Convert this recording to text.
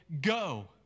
Go